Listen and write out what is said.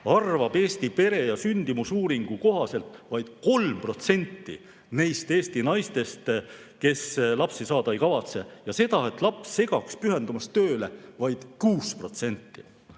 arvab Eesti pere‑ ja sündimusuuringu kohaselt vaid 3% neist Eesti naistest, kes lapsi saada ei kavatse, ja seda, et laps segaks pühendumist tööle, vaid 6%.